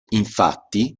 infatti